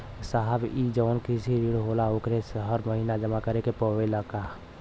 साहब ई जवन कृषि ऋण होला ओके हर महिना जमा करे के पणेला का?